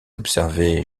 observer